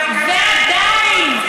ועדיין.